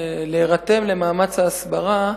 להירתם למאמץ ההסברה,